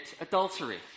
adultery